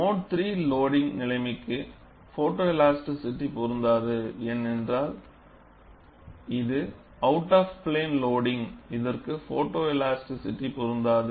mode III loading நிலைமைக்கு photoelasticity பொருந்தாது ஏனென்றால் இது அவுட் ஆஃப் பிளேன் லோடிங் இதற்குப் போட்டோஎலாஸ்டிசிடி பொருந்தாது